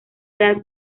edad